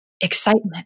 excitement